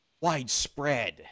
widespread